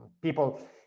people